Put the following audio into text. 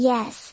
Yes